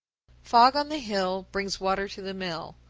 fog on the hill brings water to the mill.